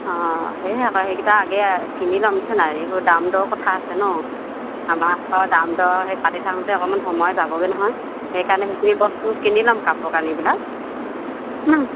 অঁ সেয়েহে আকৌ সেইকেইটা আগে কিনি ল'ম বুইছেনে এইবোৰ দাম দৰ কথা আছে নহ্ আমাৰ দাম দৰ সেই পাতি থাকোতে অকণমান সময় যাবগৈ নহয় সেইকাৰণে সেইখিনি বস্তু কিনি ল'ম কাপোৰ কানিবিলাক